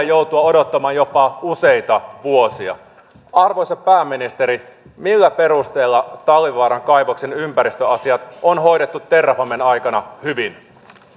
joutua odottamaan jopa useita vuosia arvoisa pääministeri millä perusteella talvivaaran kaivoksen ympäristöasiat on hoidettu terrafamen aikana hyvin